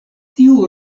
tiu